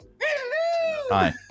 hi